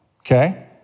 Okay